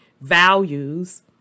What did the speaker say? values